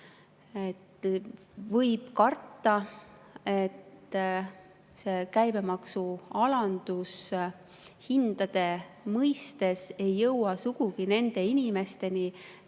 Võib karta, et see käibemaksu alandus hindade mõistes ei jõua sugugi nende inimesteni,